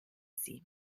sie